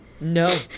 No